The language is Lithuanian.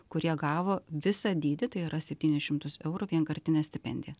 kurie gavo visą dydį tai yra septynis šimtus eurų vienkartinę stipendiją